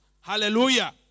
Hallelujah